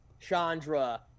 Chandra –